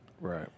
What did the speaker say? Right